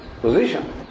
position